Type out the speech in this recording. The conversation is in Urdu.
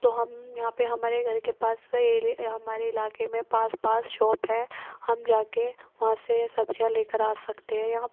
تو ہم یہاں پہ ہمارے گھر کے پاس ہمارے علاقے میں پاس پاس شاپ ہیں ہم جا کے وہاں سے سبزیاں لے کر آ سکتے ہیں یہاں